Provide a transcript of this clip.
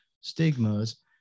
stigmas